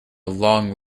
long